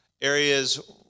areas